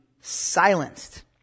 silenced